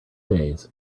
days